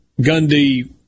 Gundy